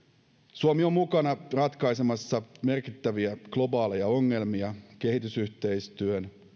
suomi on mukana ratkaisemassa merkittäviä globaaleja ongelmia kehitysyhteistyön